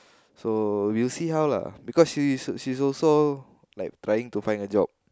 so we'll see how lah because she's she's also like trying to find a job